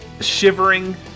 shivering